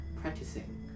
practicing